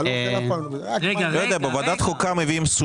ינון, אתה רצית להתייחס לקרובו.